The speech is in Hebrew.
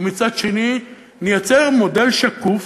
ומצד שני נייצר מודל שקוף,